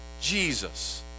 Jesus